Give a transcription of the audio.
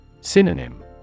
Synonym